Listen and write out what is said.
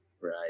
right